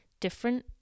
different